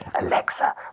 Alexa